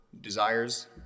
desires